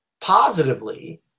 positively